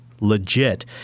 legit